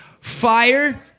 Fire